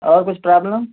और कुछ प्राब्लम